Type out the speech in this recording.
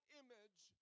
image